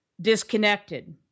disconnected